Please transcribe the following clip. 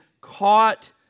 caught